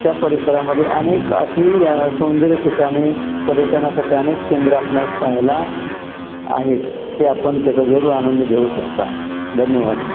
च्या परिसरामध्ये अनेक अशी सौंदर्य ठिकाणे पर्यटनासाठी अनेक केंद्र आपण पाहायला आहेत ते आपण त्याचा जरूर आनंद घेऊ शकता धन्यवाद